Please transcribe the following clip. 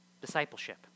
Discipleship